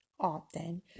often